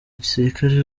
gisirikare